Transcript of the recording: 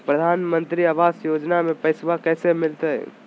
प्रधानमंत्री आवास योजना में पैसबा कैसे मिलते?